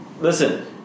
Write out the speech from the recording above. listen